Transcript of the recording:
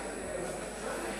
אולי ננסה את שפת היידיש.